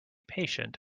patient